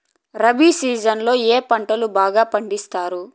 rabi season లో ఏ పంటలు బాగా పండిస్తారు